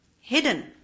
Hidden